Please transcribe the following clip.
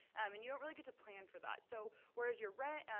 and you don't really get to plan for that. so whereas your rent,